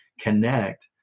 connect